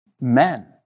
Men